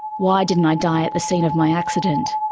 why didn't i die at the scene of my accident?